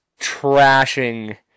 trashing